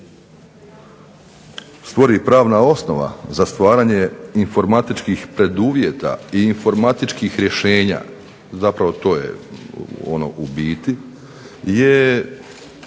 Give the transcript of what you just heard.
stvori pravna osnova za stvaranje informatičkih preduvjeta i informatičkih rješenja, zapravo to je ono u biti, je